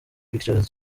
pictures